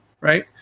right